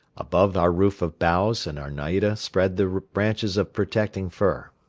above our roof of boughs and our naida spread the branches of protecting fir.